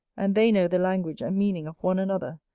and they know the language and meaning of one another,